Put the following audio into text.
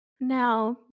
now